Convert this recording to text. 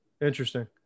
Interesting